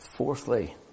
Fourthly